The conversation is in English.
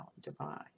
divine